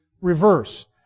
reverse